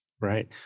Right